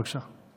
בבקשה.